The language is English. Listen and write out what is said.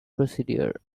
procedure